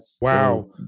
Wow